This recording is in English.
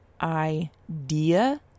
idea